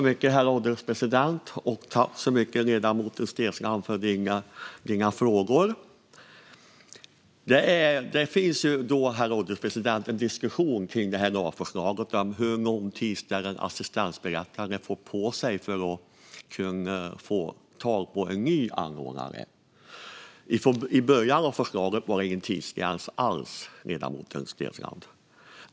Herr ålderspresident! Jag tackar ledamoten Steensland för hennes frågor. Herr ålderspresident! Det finns en diskussion om lagförslaget. Hur lång tid ska en assistansberättigad ha på sig för att få tag på en ny anordnare? I början fanns ingen tidsgräns alls, ledamoten Steensland.